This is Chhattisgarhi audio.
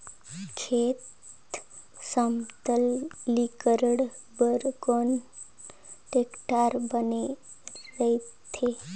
खेत समतलीकरण बर कौन टेक्टर बने रथे?